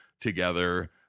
together